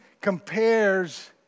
compares